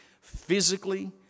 physically